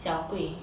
小贵